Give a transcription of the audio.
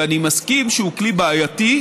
שאני מסכים שהוא כלי בעייתי,